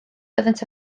byddent